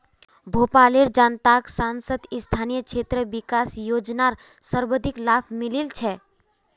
भोपालेर जनताक सांसद स्थानीय क्षेत्र विकास योजनार सर्वाधिक लाभ मिलील छ